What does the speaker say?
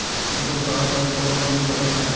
এখুল তাড়াতাড়ি ক্যরের জনহ টাকার কাজ